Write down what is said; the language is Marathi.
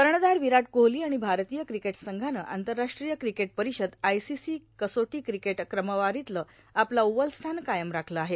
कणधार र्वराट कोहलां र्आण भारतीय क्रिकेट संघानं आंतरराष्ट्रीय क्रिकेट र्पारषद आयसीसी कसोटां क्रिकेट क्रमवारांतलं आपलं अव्वल स्थान कायम राखलं आहे